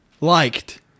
liked